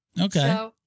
Okay